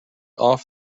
off